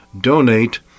donate